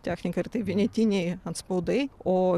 techniką ir tai vienetiniai antspaudai o